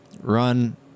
run